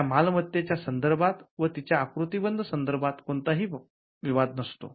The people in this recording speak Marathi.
त्या मालमत्त्तेच्या संदर्भात व तीच्या आकृतीबंध संदर्भात कोणताही विवाद नसतो